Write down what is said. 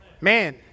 man